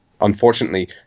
unfortunately